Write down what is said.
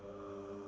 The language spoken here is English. err